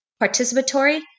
participatory